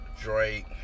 Drake